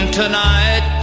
tonight